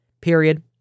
period